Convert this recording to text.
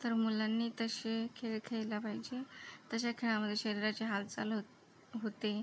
तर मुलांनी तसे खेळ खेळला पाहिजे तशा खेळामध्ये शरीराची हालचाल होत होते